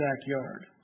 backyard